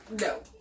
no